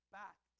back